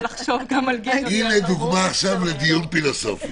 הינה דוגמה עכשיו לדיון פילוסופי,